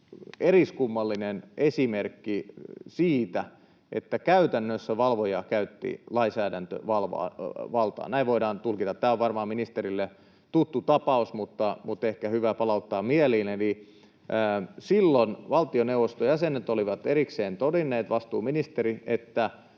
eriskummallinen esimerkki siitä, että käytännössä valvoja käytti lainsäädäntövaltaa, näin voidaan tulkita. Tämä on varmaan ministerille tuttu tapaus, mutta ehkä hyvä palauttaa mieliin. Silloin valtioneuvoston jäsenet olivat erikseen todenneet, vastuuministeri, että